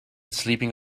sleeping